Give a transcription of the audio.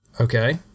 Okay